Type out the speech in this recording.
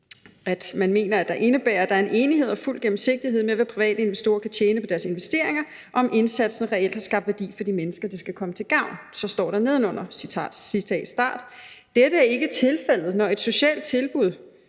står der: »Det indebærer, at der er enighed om og fuld gennemsigtighed med, hvad private investorer kan tjene på deres investeringer, og om indsatsen reelt har skabt værdi for de mennesker, den skal komme til gavn.« Så står der nedenunder: »Dette er ikke tilfældet, når et socialt tilbud